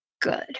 good